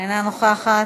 אינה נוכחת.